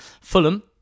Fulham